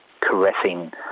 caressing